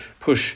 push